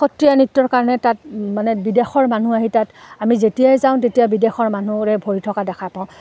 সত্ৰীয়া নৃত্যৰ কাৰণে তাত মানে বিদেশৰ মানুহ আহি তাত আমি যেতিয়াই যাওঁ তেতিয়া বিদেশৰ মানুহৰে ভৰি থকা দেখা পাওঁ